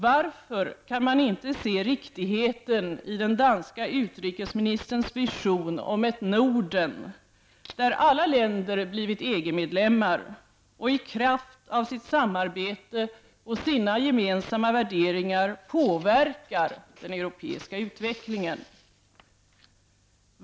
Varför kan man inte se riktigheten i den danska utrikesministerns vision om ett Norden, där alla länder blivit EG medlemmar, och i kraft av sitt samarbete och sina gemensamma värderingar påverkar den europeiska utvecklingen?